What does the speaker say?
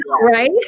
right